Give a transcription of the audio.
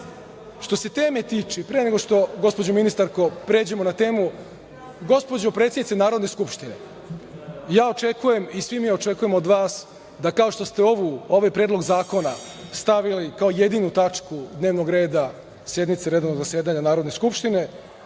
se teme tiče, pre nego što gospođo ministarko pređemo na temu, gospođo predsednice Narodne skupštine, ja očekujem i svi mi očekujemo od vas, da kao što ste ovaj predlog zakona stavili kao jedinu tačku dnevnog reda sednice redovnog zasedanja Narodne Skupštine,